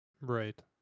right